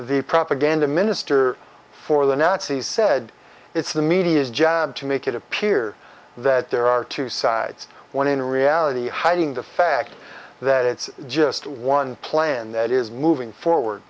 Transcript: the propaganda minister for the nats he said it's the media's job to make it appear that there are two sides when in reality hiding the fact that it's just one plan that is moving forward